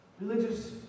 religious